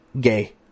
gay